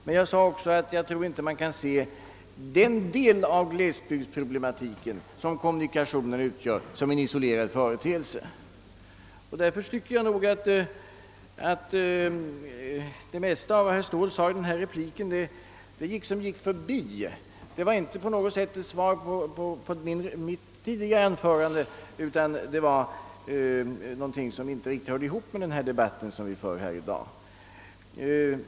Men jag sade också att jag inte tror att man kan se den del av glesbygdsproblematiken som kommunikationerna utgör som en isolerad företeelse. Därför tycker jag nog att det mesta herr Ståhl sade i sin replik låg litet vid sidan av den debatt vi för i dag; det var inte något svar på mitt tidigare anförande.